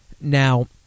Now